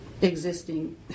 existing